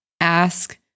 ask